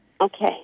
Okay